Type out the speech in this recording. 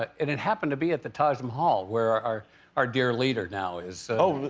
ah it it happened to be at the taj mahal, where our our dear leader now is so